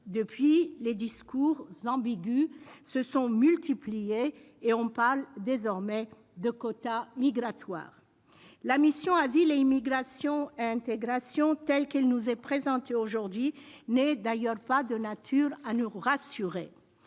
Depuis lors, les discours ambigus ont été multipliés et on parle désormais de quotas migratoires. La mission « Asile, immigration et intégration », telle qu'elle nous est présentée aujourd'hui, n'est d'ailleurs pas de nature à nous rassurer.